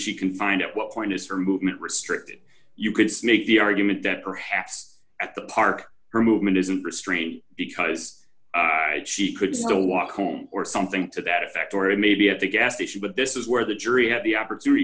she can find out what point is your movement restricted you could snake the argument that perhaps at the park her movement isn't restrained because she could still walk home or something to that effect or a maybe at the gas station but this is where the jury had the opportunity